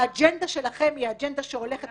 האג'נדה שלכם היא אג'נדה שהולכת